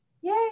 Yay